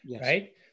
right